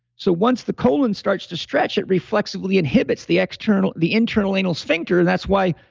so once the colon starts to stretch, it reflexively inhibits the internal the internal anal sphincter. that's why,